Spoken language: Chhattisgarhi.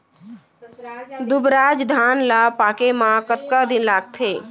दुबराज धान ला पके मा कतका दिन लगथे?